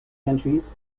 countries